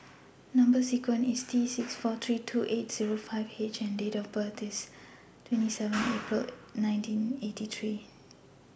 Number sequence IS T six four three two eight Zero five H and Date of birth IS twenty seven April nineteen eighty three